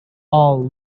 all